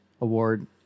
award